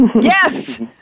Yes